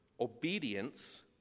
obedience